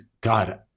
god